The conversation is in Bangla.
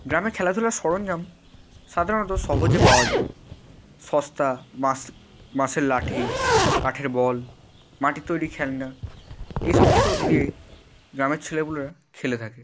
গ্রামে খেলাধুলার সরঞ্জাম সাধারণত সহজে পাওয়া যায় সস্তা বাঁশের লাঠি কাঠের বল মাটির তৈরি খেলনা এই সমস্ত দিয়ে গ্রামের ছেলে পুলেরা খেলে থাকে